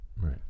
Right